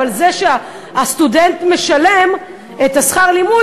אבל זה שהסטודנט משלם את שכר הלימוד,